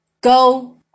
go